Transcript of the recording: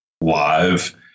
live